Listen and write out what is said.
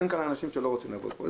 אין כאן אנשים שלא רוצים לבוא לפה.